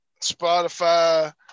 Spotify